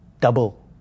double